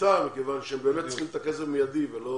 לקליטה מכיוון שהם באמת צריכים את הכסף מיידי ולא